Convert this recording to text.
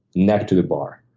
neck to to bar.